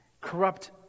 corrupt